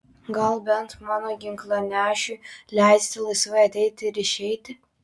gal bent mano ginklanešiui leisite laisvai ateiti ir išeiti